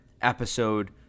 episode